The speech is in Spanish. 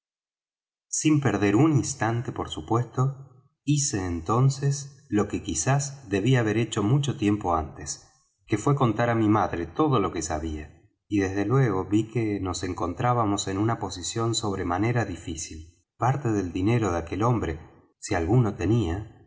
sin perder un instante por supuesto hice entonces lo que quizás debí haber hecho mucho tiempo antes que fué contar á mi madre todo lo que sabía y desde luego ví que nos encontrábamos en una posición sobre manera difícil parte del dinero de aquel hombre si alguno